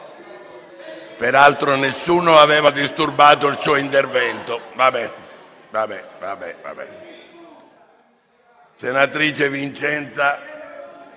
Peraltro, nessuno aveva disturbato il suo intervento.